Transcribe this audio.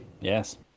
yes